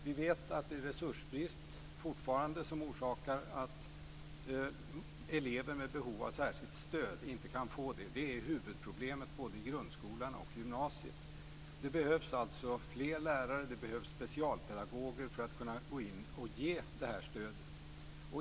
Vi vet att det fortfarande är resursbrist som orsakar att elever med behov av särskilt stöd inte kan få det. Det är huvudproblemet både i grundskolan och i gymnasiet. Det behövs alltså fler lärare och specialpedagoger för att man ska kunna gå in och ge det här stödet.